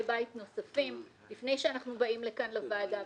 בית נוספים לפני שאנחנו באים לכאן לוועדה.